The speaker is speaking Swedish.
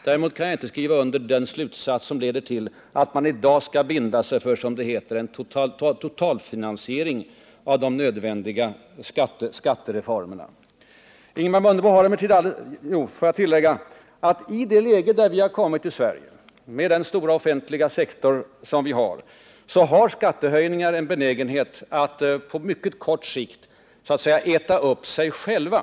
Däremot kan jag inte skriva under den slutsats som leder till att man i dag skall binda sig för, som det heter, en totalfinansiering av de nödvändiga skattereformerna. I det läge där vi har hamnat i Sverige, med den stora offentliga sektor som vi har, har skattehöjningar en benägenhet att på mycket kort sikt så att säga äta upp sig själva.